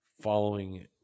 following